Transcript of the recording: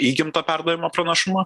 įgimto perdavimo pranašumo